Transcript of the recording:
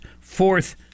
fourth